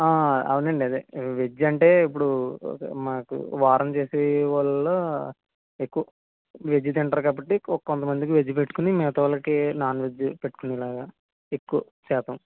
అవునండి అదే వెజ్ అంటే ఇప్పుడు మాకు వారం చేసే వల్ల ఎక్కువ్ వెజ్ తింటారు కాబట్టి కొంత మందికి వెజ్ పెట్టుకొని మిగతా వాళ్ళకి నాన్ వెజ్ పెట్టుకునేలాగా ఎక్కువ శాతం